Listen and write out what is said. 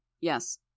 yes